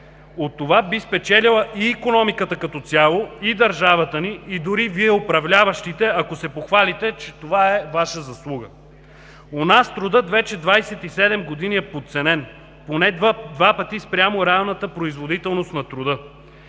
От това би спечелила и икономиката като цяло, и държавата ни, и дори Вие, управляващите, ако се похвалите, че това е Ваша заслуга. У нас трудът вече 27 години е подценен поне два пъти спрямо реалната производителност на труда.